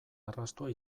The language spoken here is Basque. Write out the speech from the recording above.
arrastoa